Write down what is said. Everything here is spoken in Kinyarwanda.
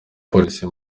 polisi